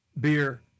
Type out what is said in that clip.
beer